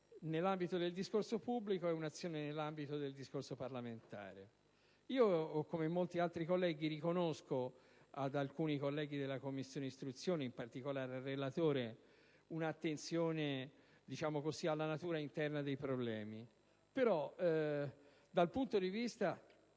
nell'ambito del discorso pubblico e un'azione nell'ambito del discorso parlamentare. Come molti altri colleghi, riconosco ad alcuni membri della Commissione istruzione, in particolare al relatore, un'attenzione alla natura interna dei problemi; però, dal punto di vista